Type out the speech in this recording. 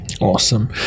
Awesome